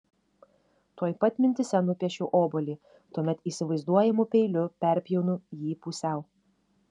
tuoj pat mintyse nupiešiu obuolį tuomet įsivaizduojamu peiliu perpjaunu jį pusiau